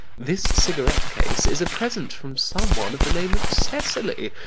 this cigarette case is a present from some one of the name of cecily,